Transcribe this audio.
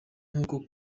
nk’uko